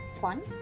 fun